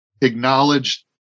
acknowledged